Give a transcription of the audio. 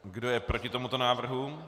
Kdo je proti tomuto návrhu?